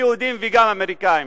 יהודים וגם אמריקנים.